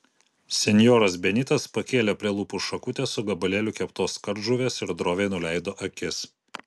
senjoras benitas pakėlė prie lūpų šakutę su gabalėliu keptos kardžuvės ir droviai nuleido akis